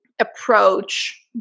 approach